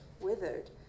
withered